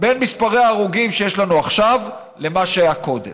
בין מספר ההרוגים שיש לנו עכשיו למה שהיה קודם.